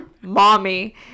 mommy